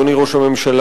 אדוני ראש הממשלה,